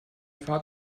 fahrt